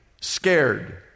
scared